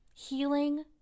healing